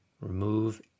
remove